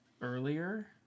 Earlier